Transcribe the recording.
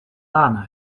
laan